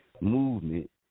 movement